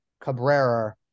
Cabrera